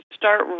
start